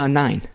ah nine.